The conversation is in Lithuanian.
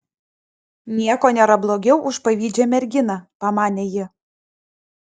nieko nėra blogiau už pavydžią merginą pamanė ji